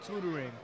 tutoring